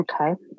Okay